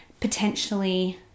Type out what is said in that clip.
potentially